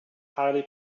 highly